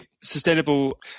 sustainable